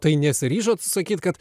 tai nesiryžot sakyt kad